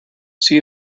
see